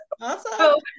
awesome